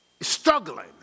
struggling